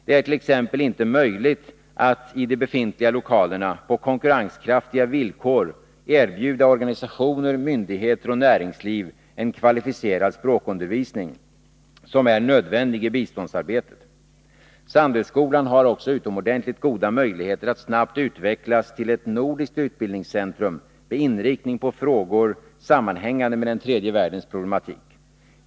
Det är t.ex. inte möjligt att i de befintliga lokalerna på konkurrenskraftiga villkor erbjuda organisationer, myndigheter och näringsliv en kvalificerad språkundervisning, som är nödvändig i biståndsarbetet. Sandöskolan har också utomordentligt goda möjligheter att snabbt utvecklas till ett nordiskt utbildningscentrum med inriktning på frågor sammanhängande med den tredje världens problematik.